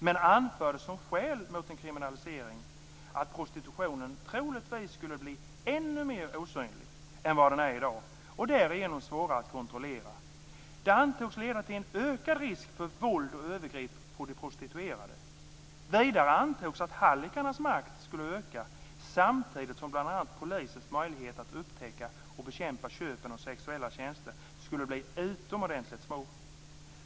Man anförde som skäl mot en kriminalisering att prostitutionen troligtvis skulle bli ännu mer osynlig än vad den är i dag och därigenom svårare att kontrollera. Detta antogs leda till en ökad risk för våld och övergrepp mot de prostituerade. Vidare antogs att hallickarnas makt skulle öka, samtidigt som bl.a. polisens möjligheter att upptäcka och bekämpa köpen av sexuella tjänster skulle bli utomordentligt små.